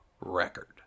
record